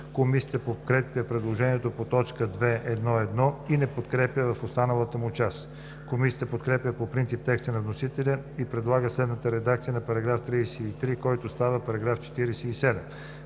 Комисията подкрепя предложението по т. 2.1.1. и не го подкрепя в останалата му част. Комисията подкрепя по принцип текста на вносителя и предлага следната редакция на § 33, който става § 47: „§ 47.